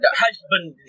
husband